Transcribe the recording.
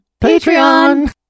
Patreon